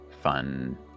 fun